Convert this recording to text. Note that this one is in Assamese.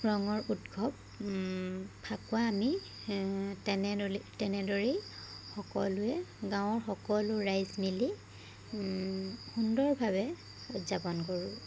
ৰঙৰ উৎখৱ ফাকুৱা আমি তেনেদলে তেনেদৰেই সকলোৱে গাঁৱৰ সকলো ৰাইজ মিলি সুন্দৰভাৱে উদযাপন কৰোঁ